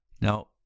Now